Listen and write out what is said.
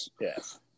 Yes